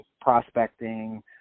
prospecting